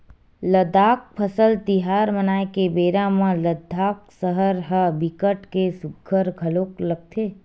लद्दाख फसल तिहार मनाए के बेरा म लद्दाख सहर ह बिकट के सुग्घर घलोक लगथे